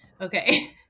Okay